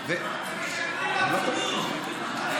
וחרפה.